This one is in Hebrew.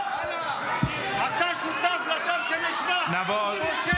------ אתה שותף לשר --- פושע שכמוך, פושע.